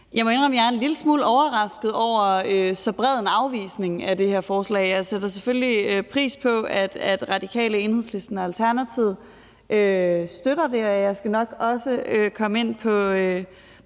jeg er en lille smule overrasket over, at der er så bred en afvisning af det her forslag. Jeg sætter selvfølgelig pris på, at Radikale, Enhedslisten og Alternativet støtter det her, og jeg skal nok også komme ind på